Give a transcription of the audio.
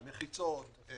מחיצות,